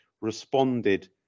responded